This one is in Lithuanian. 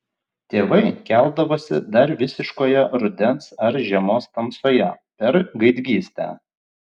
tėvai keldavosi dar visiškoje rudens ar žiemos tamsoje per gaidgystę